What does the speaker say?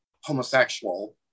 homosexual